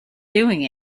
doing